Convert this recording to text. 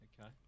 Okay